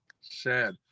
Sad